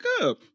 up